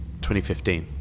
2015